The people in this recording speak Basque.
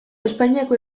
espainiako